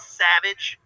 savage